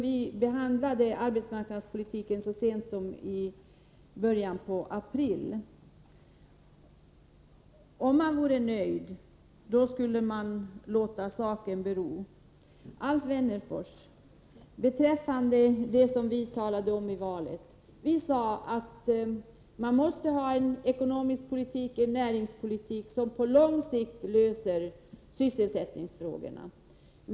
Vi behandlade arbetsmarknadspolitiken så sent som i början av april, och vore man nöjd skulle man låta saken bero. Det vi talade om i valrörelsen, Alf Wennerfors, var att man måste ha en ekonomisk politik, en näringspolitik, som på lång sikt löser sysselsättningsfrågorna.